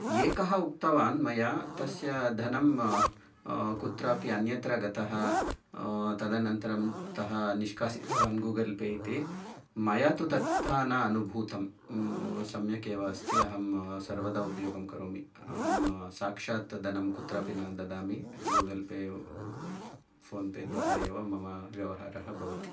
एकः उक्तवान् मया तस्य धनं कुत्रापि अन्यत्र गतः तदनन्तरं तः निष्कासितवान् गूगल् पे इति मया तु तथा न अनुभूतं सम्यक् एव अस्ति अहं सर्वदा उपयोगं करोमि अहं साक्षात् धनं कुत्रापि न ददामि गूगल् पे फोन् पे द्वारा एव मम व्यवहारः भवति